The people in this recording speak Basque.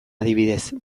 adibidez